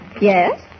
Yes